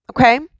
Okay